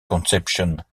concepción